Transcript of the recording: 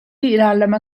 ilerleme